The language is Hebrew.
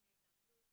שמי עינב לוק.